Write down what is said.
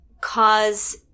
cause